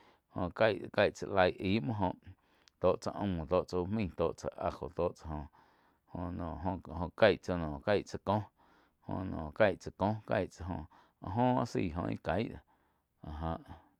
Jóh caíh-caíh tsá laig aí muoh jóh tó tsah aum tó tsáh úh maíh tó tsáh ajo tó tsáh jo-jo caí tsáh noh cai tsa kóh joh noh caíg tsáh kóh áh joh áh zaí óh íh caíh áh já.